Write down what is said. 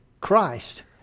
Christ